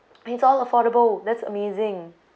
it's all affordable that's amazing